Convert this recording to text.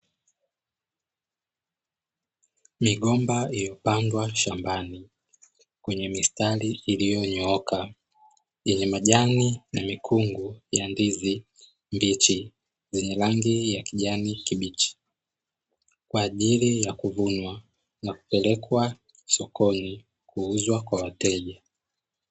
Migomba iliyopandwa shambani, kwenye mistari iliyonyooka, yenye majani na mikungu ya ndizi mbichi, zenye rangi ya kijani kibichi, kwa ajili ya kuvunwa na kupelekwa sokoni kuuzwa kwa wateja.